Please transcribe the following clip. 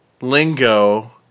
lingo